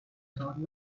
about